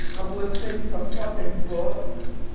i'm listening to fuckin books.